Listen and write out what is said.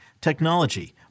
technology